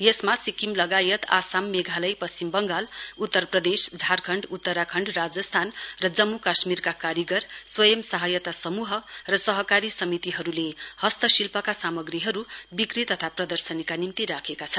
यसमा सिक्किम लगायत आसाम मेघालय पश्चिम वङ्गाल उत्तर प्रदेश झारखण्ड उत्तराखण्ड राजस्थानजम्मू काश्मीरका कारीगर स्वयं सहायता समूह र सहकारी समितिहरुले हस्तशिल्पका सामग्रीहरु विक्री तथा प्रदर्शनीका निम्ति राखेका छन्